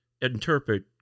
interpret